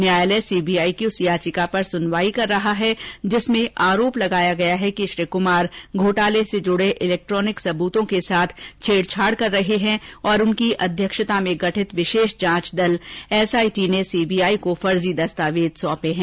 न्यायालयसीबीआई की उस याचिका पर सुनवाई कर रहा है जिसमें आरोप लगाया गया है कि श्री कमार घोटाले से जुडे इलेक्ट्रॉनिक सबृतों के साथ छेड़छाड़कर रहे हैं और उनकी अध्यक्षता में गठित विशेष जांच दल एसआईटी ने सीबीआई को फर्जी दस्तावेजसौंपे हैं